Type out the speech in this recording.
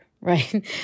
right